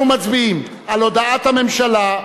אנחנו מצביעים על הודעת הממשלה,